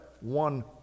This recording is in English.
one